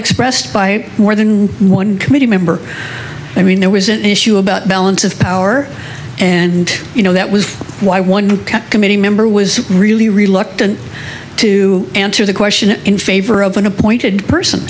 expressed by more than one committee member i mean there was an issue about balance of power and you know that was why one committee member was really reluctant to answer the question in favor of an appointed person